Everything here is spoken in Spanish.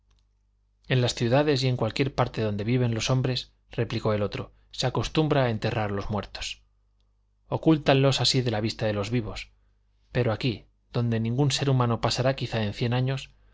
en las ciudades y en cualquiera parte donde viven los hombres replicó el otro se acostumbra enterrar a los muertos ocúltanlos así a la vista de los vivos pero aquí donde ningún ser humano pasará quizá en cien años